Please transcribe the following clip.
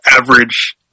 average